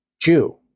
Jew